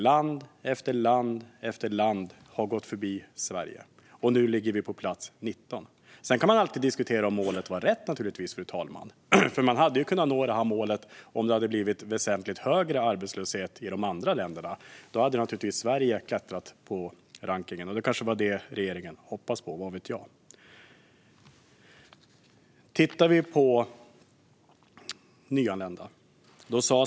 Land efter land har gått förbi Sverige, och nu ligger vi på plats 19. Sedan kan man alltid diskutera om målet var rätt. Man hade ju kunnat nå målet om det hade blivit väsentligt högre arbetslöshet i de andra länderna. Då hade naturligtvis Sverige klättrat i rankningen. Det var kanske detta regeringen hoppades på; vad vet jag. Vi kan titta på gruppen nyanlända.